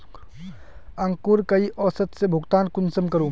अंकूर कई औसत से भुगतान कुंसम करूम?